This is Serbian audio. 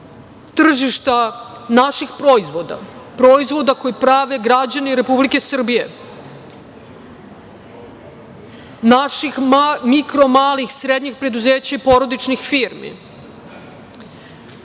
tržišta naših proizvoda, proizvoda koji prave građani Republike Srbije, naših malih, mikro, srednjih preduzeća i porodičnih firmi